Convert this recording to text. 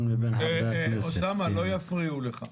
אוסאמה לא יפריעו לך.